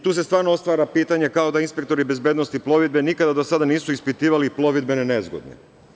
Tu se stvarno otvara pitanje, kao da inspektori bezbednosti plovidbe nikada do sada nisu ispitivali plovidbene nezgode.